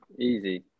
Easy